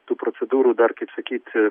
tų procedūrų dar kaip sakyt aa